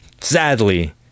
Sadly